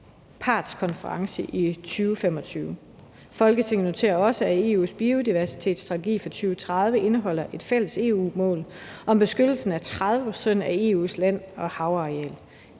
partskonference i 2025. Folketinget noterer, at EU's biodiversitetsstrategi for 2030 indeholder et fælles EU-mål om beskyttelse af 30 pct. af EU's land- og havareal,